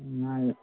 ꯃꯥꯏ